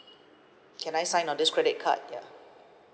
can I sign on this credit card ya